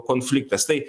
konfliktas tai